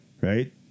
Right